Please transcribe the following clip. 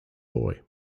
boy